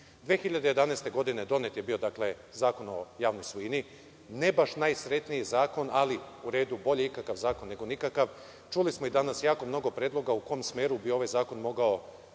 2011. donet je bio Zakon o javnoj svojini, ne baš najsrećniji zakon, ali u redu, bolje ikakav zakon nego nikakav. Čuli smo i danas jako mnogo predloga u kom smeru bi ovaj zakon mogao